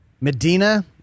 medina